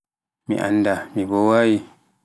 mi annda mi bowaayi.